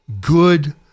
good